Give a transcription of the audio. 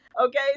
Okay